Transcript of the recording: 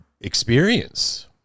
experience